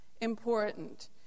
important